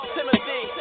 Timothy